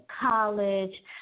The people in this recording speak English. college